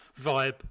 vibe